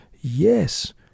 Yes